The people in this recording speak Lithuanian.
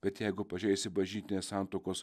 bet jeigu pažeisi bažnytinės santuokos